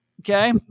Okay